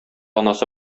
анасы